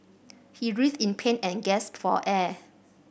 he writhed in pain and gasped for air